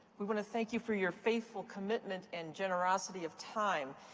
we want to thank you for your faithful commitment and generosity of time.